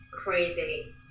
crazy